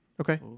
Okay